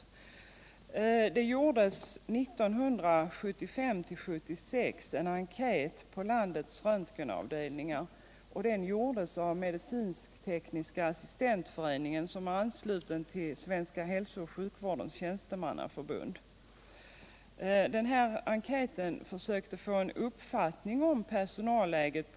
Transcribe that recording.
röntgenundersökningar delvis eller helt av icke adekvat utbildad personal.